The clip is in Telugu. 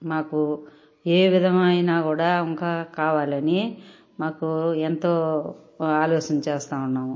మాకు ఏ విధమైన కూడా ఇంకా కావాలని మాకు ఎంతో ఆలోచన చేస్తా ఉన్నాం